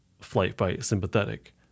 flight-fight-sympathetic